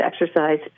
exercise